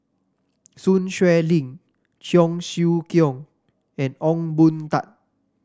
Sun Xueling Cheong Siew Keong and Ong Boon Tat